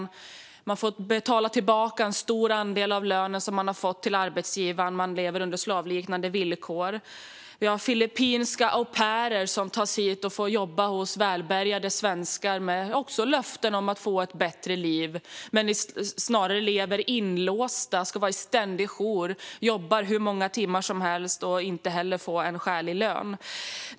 De har fått betala tillbaka en stor andel av den lön de har fått till arbetsgivaren och lever under slavliknande villkor. Filippinska au pairer tas hit för att jobba hos välbärgade svenskar, också med löften om att få ett bättre liv. Snarare lever de inlåsta och ska vara i ständig jour. De jobbar hur många timmar som helst utan att få skälig lön.